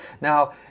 Now